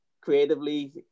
creatively